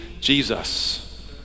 Jesus